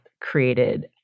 created